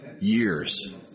years